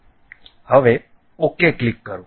હવે OK click કરો